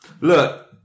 Look